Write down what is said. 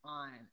on